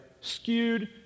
skewed